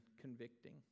convicting